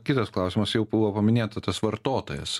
kitas klausimas jau buvo paminėta tas vartotojas